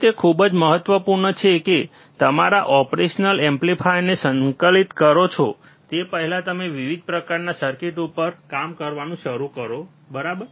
હવે તે ખૂબ જ મહત્વપૂર્ણ છે કે તમે તમારા ઓપરેશન એમ્પ્લીફાયરને સંતુલિત કરો તે પહેલાં તમે વિવિધ પ્રકારના સર્કિટ ઉપર કામ કરવાનું શરૂ કરો બરાબર